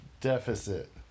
Deficit